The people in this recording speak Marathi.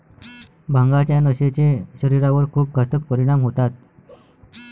भांगाच्या नशेचे शरीरावर खूप घातक परिणाम होतात